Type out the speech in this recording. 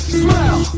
smell